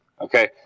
okay